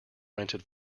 rented